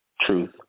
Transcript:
truth